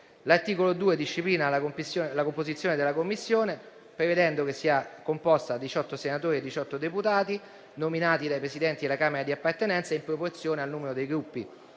L'articolo 2 disciplina la composizione della Commissione, prevedendo 18 senatori e 18 deputati, nominati dai Presidenti della Camera di appartenenza, in proporzione al numero dei